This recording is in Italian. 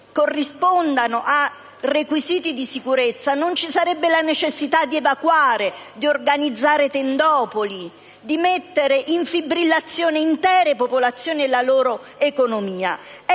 corrispondano a requisiti di sicurezza non ci sarebbe la necessità di evacuare, di organizzare tendopoli, di mettere in fibrillazione intere popolazioni e la loro economia.